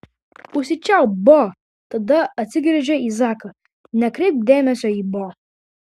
užsičiaupk bo tada atsigręžė į zaką nekreipk dėmesio į bo